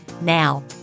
Now